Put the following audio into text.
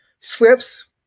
slips